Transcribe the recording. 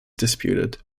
disputed